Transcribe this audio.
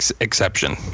exception